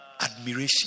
admiration